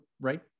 right